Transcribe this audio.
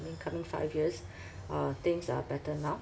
I mean coming five years uh things are better now